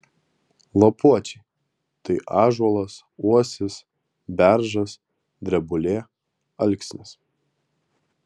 lapuočiai tai ąžuolas uosis beržas drebulė alksnis